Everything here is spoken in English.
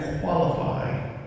qualify